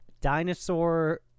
dinosaur